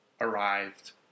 arrived